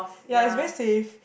ya it's very safe